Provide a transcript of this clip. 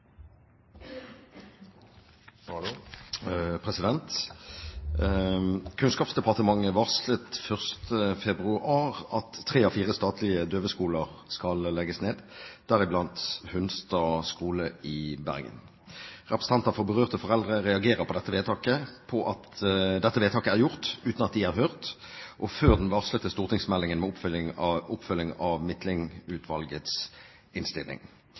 varslet 1. februar at tre av fire statlige døveskoler skal legges ned, deriblant Hunstad skole i Bergen. Representanter for berørte foreldre reagerer på at dette vedtaket er gjort uten at de er hørt, og før den varslete stortingsmeldingen med oppfølging av